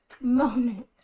moment